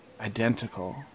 identical